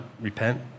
repent